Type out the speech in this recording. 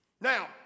Now